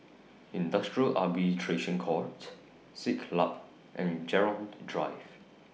Industrial Arbitration Court Siglap and Gerald Drive